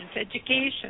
education